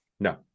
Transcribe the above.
No